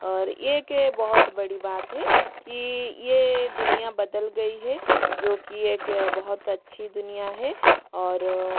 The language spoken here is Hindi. और ये एक बहुत बड़ी बात है कि ये दुनिया बदल गई है जो कि एक बहुत अच्छी दुनिया है और